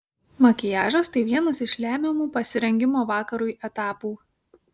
makiažas tai vienas iš lemiamų pasirengimo vakarui etapų